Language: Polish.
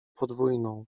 podwójną